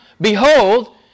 behold